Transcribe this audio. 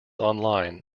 online